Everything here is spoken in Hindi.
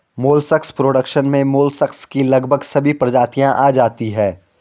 मोलस्कस प्रोडक्शन में मोलस्कस की लगभग सभी प्रजातियां आ जाती हैं